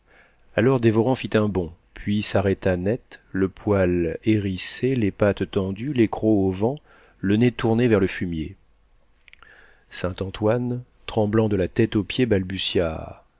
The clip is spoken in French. alors dévorant fit un bond puis s'arrêta net le poil hérissé les pattes tendues les crocs au vent le nez tourné vers le fumier saint-antoine tremblant de la tête aux pieds balbutia